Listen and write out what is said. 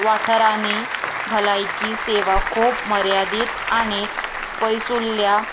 वाठारांनी भलायकी सेवा खूब मर्यादीत आनी पयसुल्ल्या